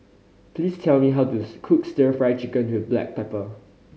please tell me how to cook Stir Fry Chicken with black pepper